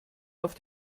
auf